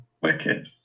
Wicked